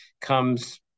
comes